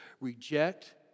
Reject